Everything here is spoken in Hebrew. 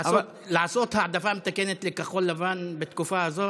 לעשות העדפה מתקנת לכחול לבן בתקופה הזאת,